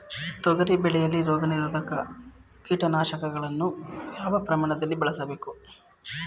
ತೊಗರಿ ಬೆಳೆಯಲ್ಲಿ ರೋಗನಿರೋಧ ಕೀಟನಾಶಕಗಳನ್ನು ಯಾವ ಪ್ರಮಾಣದಲ್ಲಿ ಬಳಸಬೇಕು?